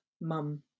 mum